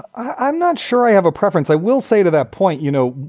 i'm not sure i have a preference. i will say to that point, you know,